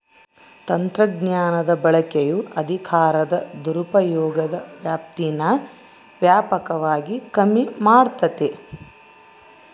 ತಂತ್ರಜ್ಞಾನದ ಬಳಕೆಯು ಅಧಿಕಾರದ ದುರುಪಯೋಗದ ವ್ಯಾಪ್ತೀನಾ ವ್ಯಾಪಕವಾಗಿ ಕಮ್ಮಿ ಮಾಡ್ತತೆ